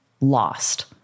lost